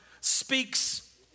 speaks